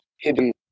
hidden